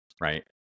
Right